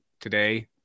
today